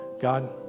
God